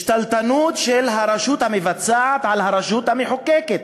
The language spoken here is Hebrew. שתלטנות של הרשות המבצעת על הרשות המחוקקת.